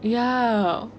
ya